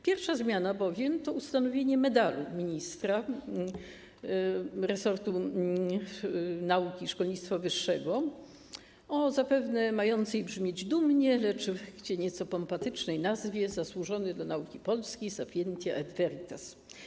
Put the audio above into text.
Pierwsza zmiana bowiem to ustanowienie medalu ministra resortu nauki i szkolnictwa wyższego o zapewne mającej brzmieć dumnie, lecz nieco pompatycznej nazwie: Zasłużony dla Nauki Polskiej Sapientia et Veritas.